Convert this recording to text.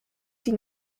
die